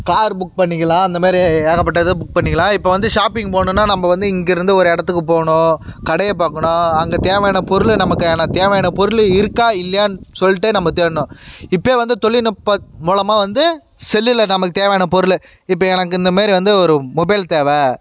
car book பண்ணிக்கலாம் அந்த மாதிரி ஏகப்பட்டது புக் பண்ணிக்கலாம் இப்போ வந்து ஷாப்பிங் போகணுன்னா நம்ம வந்து இங்கிருந்து ஒரு இடத்துக்கு போகணும் கடையை பார்க்கணும் அங்கே தேவையான பொருளை நமக்கான தேவையான பொருள் இருக்கா இல்லையானு சொல்லிட்டு நம்ம தேடணும் இப்பயே வந்து தொழில்நுட்பம் மூலமாக வந்து செல்லில் நமக்குத் தேவையான பொருள் இப்போ எனக்கு இந்த மாதிரி வந்து ஒரு மொபைல் தேவை